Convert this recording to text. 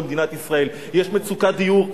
במדינת ישראל: יש מצוקת דיור,